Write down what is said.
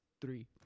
three